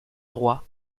roi